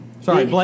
Sorry